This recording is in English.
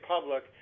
public